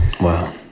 Wow